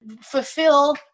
fulfill